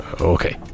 Okay